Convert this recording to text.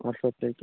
വർഷോപ്പിലേക്ക്